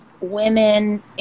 women